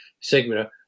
Sigma